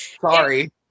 Sorry